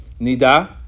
Nida